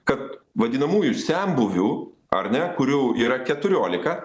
kad vadinamųjų senbuvių ar ne kurių yra keturiolika